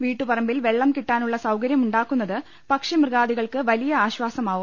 വീട്ടു പറമ്പിൽ വെള്ളം കിട്ടാനുള്ള സൌകരൃമുണ്ടാക്കുന്നത് പക്ഷി മൃഗാദികൾക്ക് വലിയ ആശ്വാസമാവും